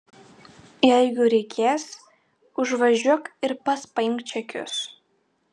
jeigu reikės užvažiuok ir pats paimk čekius